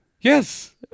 Yes